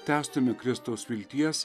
tęstume kristaus vilties